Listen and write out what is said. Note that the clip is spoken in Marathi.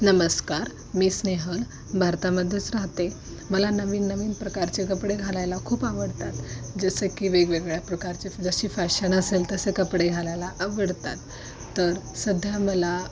नमस्कार मी स्नेहल भारतामध्येच राहते मला नवीन नवीन प्रकारचे कपडे घालायला खूप आवडतात जसं की वेगवेगळ्या प्रकारचे जशी फॅशन असेल तसे कपडे घालायला आवडतात तर सध्या मला